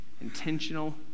intentional